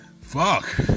Fuck